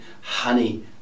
honey